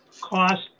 cost